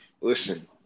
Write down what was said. listen